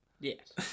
Yes